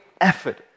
effort